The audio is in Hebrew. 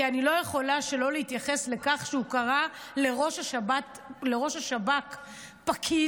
כי אני לא יכולה שלא להתייחס לכך שהוא קרא לראש השב"כ "פקיד".